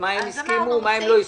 מה הם הסכימו ומה הם לא הסכימו.